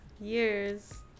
years